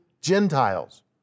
Gentiles